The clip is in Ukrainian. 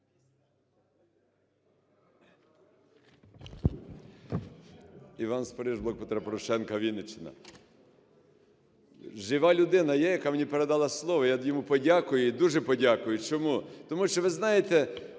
Іван Спориш, "Блок Петра Порошенка", Вінниччина. Жива людина є, яка мені передала слово? Я б йому подякував, і дуже подякую. Чому? Тому що ви знаєте,